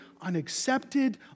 unaccepted